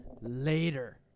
Later